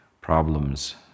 problems